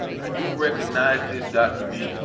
i do recognize this document,